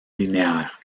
linéaire